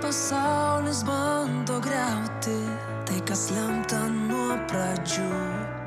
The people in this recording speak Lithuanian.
pasaulis bando griauti tai kas lemta nuo pradžių